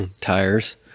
tires